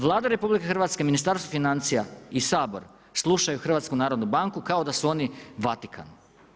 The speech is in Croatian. Vlada RH, Ministarstvo financija i Sabor slušaju HNB kao da su oni Vatikan.